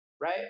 Right